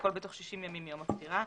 והכול בתוך 60 ימים מיום הפטירה.